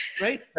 Right